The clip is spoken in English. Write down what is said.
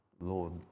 Lord